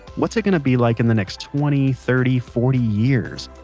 what's it going to be like in the next twenty, thirty, forty years?